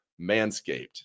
manscaped